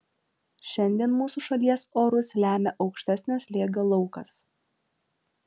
šiandien mūsų šalies orus lemia aukštesnio slėgio laukas